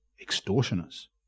extortioners